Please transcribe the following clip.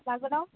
लागलो